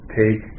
take